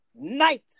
night